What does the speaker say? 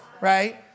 right